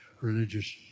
religious